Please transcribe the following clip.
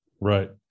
Right